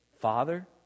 Father